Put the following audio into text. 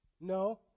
No